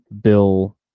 bill